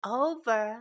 over